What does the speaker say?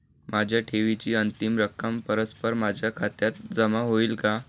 माझ्या ठेवीची अंतिम रक्कम परस्पर माझ्या खात्यात जमा होईल का?